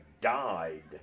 died